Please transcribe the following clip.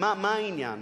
מה העניין?